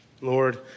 Lord